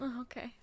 okay